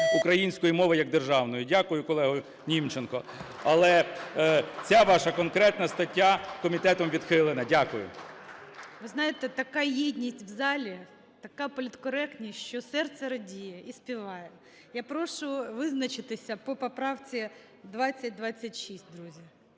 української мови як державної. Дякую, колего Німченко. Але ця ваша конкретна стаття комітетом відхилена. Дякую. ГОЛОВУЮЧИЙ. Ви знаєте, така єдність в залі, така політкоректність що серце радіє і співає. Я прошу визначитися по поправці 2026, друзі.